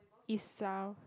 east south